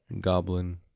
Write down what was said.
Goblin